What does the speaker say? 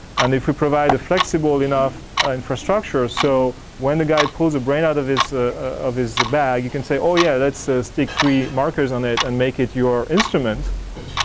and if we provide the flexible enough infrastructures so when the guy pulls the brain out of his of his bag you can say, oh yeah, let's so stick three markers on it. and make it your instrument,